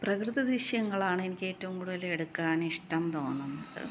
പ്രകൃതി ദൃശ്യങ്ങളാണ് എനിക്ക് ഏറ്റവും കൂടുതൽ എടുക്കാന് ഇഷ്ടം തോന്നുന്നത്